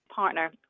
partner